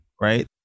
Right